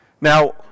Now